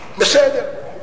בסדר.